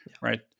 right